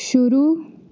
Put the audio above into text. शुरू